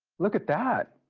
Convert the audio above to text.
look at that.